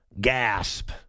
gasp